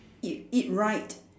eat eat right